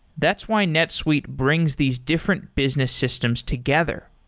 that's why netsuite brings these different business systems together.